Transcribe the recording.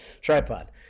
Tripod